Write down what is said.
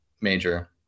major